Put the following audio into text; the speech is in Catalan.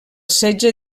setge